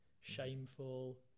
shameful